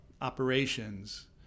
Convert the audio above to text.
operations